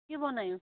के बनायौ